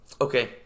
Okay